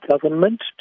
government